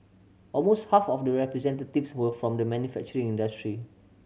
almost half of the representatives were from the manufacturing industry